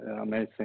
amazing